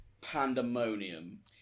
pandemonium